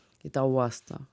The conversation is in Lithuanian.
į tą uostą